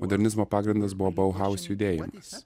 modernizmo pagrindas buvo bauhaus